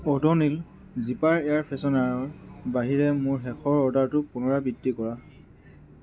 Odonil zipper air ফ্ৰেছনাৰৰ বাহিৰে মোৰ শেষৰ অৰ্ডাৰটোৰ পুনৰাবৃত্তি কৰা